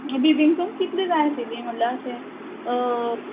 बिबींग तुमी कितली जाय आशिल्ली म्हणल्यार अशें